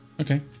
okay